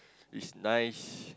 is nice